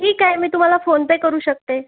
ठीक आहे मी तुम्हाला फोनपे करू शकते